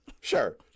Sure